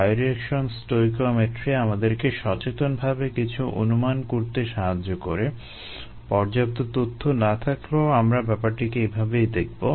bioreaction stoichiometry আমাদেরকে সচেতনভাবে কিছু অনুমান করতে সাহায্য করে পর্যাপ্ত তথ্য না থাকলেও আমরা ব্যাপারটিকে এভাবেই দেখবো